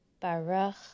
Baruch